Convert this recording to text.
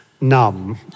numb